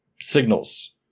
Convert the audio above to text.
signals